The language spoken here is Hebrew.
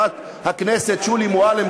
חברת הכנסת שולי מועלם,